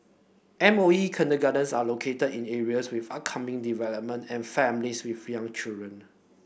M O E kindergartens are located in areas with upcoming development and families with young children